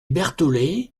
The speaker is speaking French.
bertholet